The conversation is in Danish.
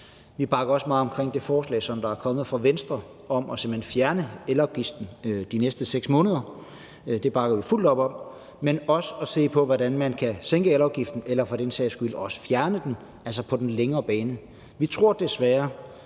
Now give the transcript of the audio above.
Vi bakker også meget op om det forslag, der er kommet fra Venstre, om simpelt hen at fjerne elafgiften de næste 6 måneder. Det bakker vi fuldt op om. Men vi bakker også op om at se på, hvordan man kan sænke elafgiften eller for den sags skyld fjerne den på den lange bane. Vi tror desværre,